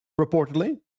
reportedly